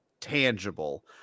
tangible